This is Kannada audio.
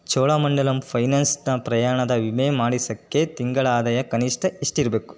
ಚೋಳ ಮಂಡಲಂ ಫೈನಾನ್ಸ್ನ ಪ್ರಯಾಣದ ವಿಮೆ ಮಾಡಿಸೋಕ್ಕೆ ತಿಂಗಳ ಆದಾಯ ಕನಿಷ್ಠ ಎಷ್ಟಿರಬೇಕು